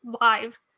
live